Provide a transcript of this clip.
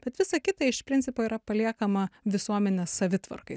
bet visa kita iš principo yra paliekama visuomenės savitvarkai